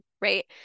right